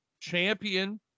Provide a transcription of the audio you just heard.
champion